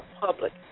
public